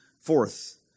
fourth